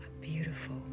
beautiful